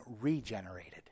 regenerated